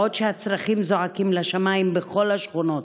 בעוד הצרכים זועקים לשמיים בכל השכונות.